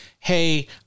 Hey